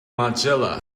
mozilla